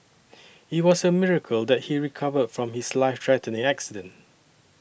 it was a miracle that he recovered from his life threatening accident